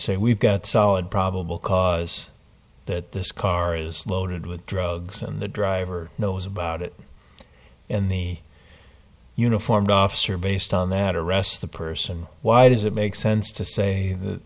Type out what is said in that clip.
say we've got solid probable cause that this car is loaded with drugs and the driver knows about it and the uniformed officer based on that arrest the person why does it make sense to say